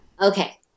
okay